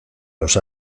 los